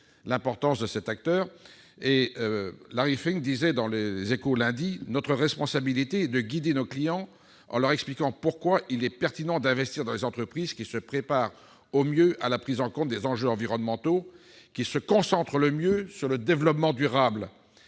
l'importance de cet acteur. M. Fink disait dans, lundi dernier :« Notre responsabilité est de guider nos clients en leur expliquant pourquoi il est pertinent d'investir dans les entreprises qui se préparent au mieux à la prise en compte des enjeux environnementaux, qui se concentrent le mieux sur le développement durable.